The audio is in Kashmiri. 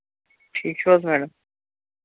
ٹھیٖک چھِو حظ میڈم